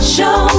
Show